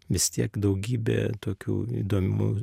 vis tiek daugybė tokių įdomių